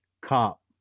cop